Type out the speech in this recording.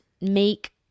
make